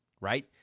right